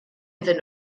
iddyn